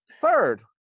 Third